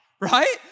Right